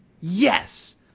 Yes